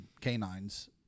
canines